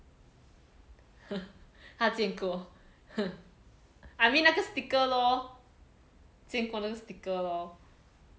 她见过 I mean 那个 sticker lor 见过那个 sticker lor